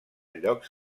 llocs